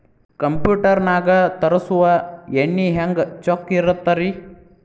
Computer ನಾಗ ತರುಸುವ ಎಣ್ಣಿ ಹೆಂಗ್ ಚೊಕ್ಕ ಇರತ್ತ ರಿ?